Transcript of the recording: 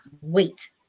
wait